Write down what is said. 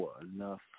enough